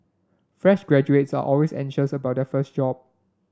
fresh graduates are always anxious about their first job